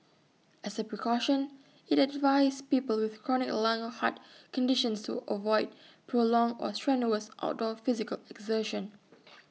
as A precaution IT advised people with chronic lung or heart conditions to avoid prolonged or strenuous outdoor physical exertion